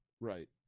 right